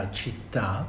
città